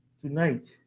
Tonight